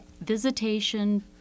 visitation